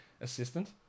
assistant